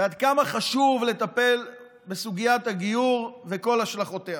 ועד כמה חשוב לטפל בסוגיית הגיור וכל השלכותיה.